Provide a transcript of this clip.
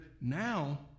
Now